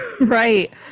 Right